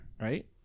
Right